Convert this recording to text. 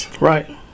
Right